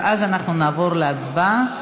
ואז אנחנו נעבור להצבעה.